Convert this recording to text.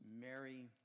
Mary